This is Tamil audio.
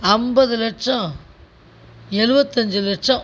ஐம்பது லட்ச்ச எழுபத்தி ஐந்து லட்ச்ச